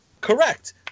Correct